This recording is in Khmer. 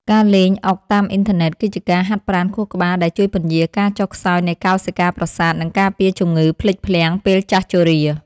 ការលេងអុកតាមអ៊ីនធឺណិតគឺជាការហាត់ប្រាណខួរក្បាលដែលជួយពន្យារការចុះខ្សោយនៃកោសិកាប្រសាទនិងការពារជំងឺភ្លេចភ្លាំងពេលចាស់ជរា។